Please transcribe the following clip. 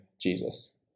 Jesus